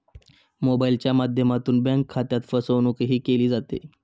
मोबाइलच्या माध्यमातून बँक खात्यात फसवणूकही केली जाते